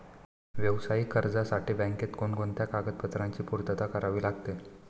व्यावसायिक कर्जासाठी बँकेत कोणकोणत्या कागदपत्रांची पूर्तता करावी लागते?